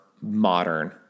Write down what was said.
modern